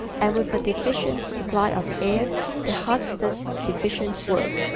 and with a deficient supply of air the heart does deficient work.